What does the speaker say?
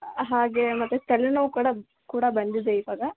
ಹಾಗೆಯೇ ಮತ್ತೆ ತಲೆನೋವು ಕೂಡ ಕೂಡ ಬಂದಿದೆ ಇವಾಗ